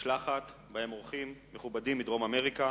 משלחת של אורחים מכובדים מדרום-אמריקה,